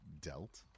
dealt